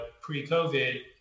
pre-COVID